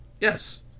Yes